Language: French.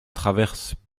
traverse